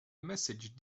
messaged